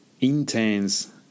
intense